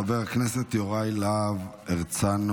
חבר הכנסת יוראי להב הרצנו,